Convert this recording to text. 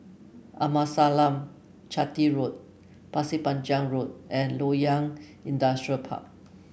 Amasalam Chetty Road Pasir Panjang Road and Loyang Industrial Park